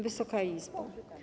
Wysoka Izbo!